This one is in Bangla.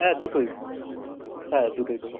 হ্যাঁ দুটোই হ্যাঁ দুটোই দেবো